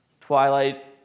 Twilight